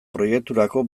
proiekturako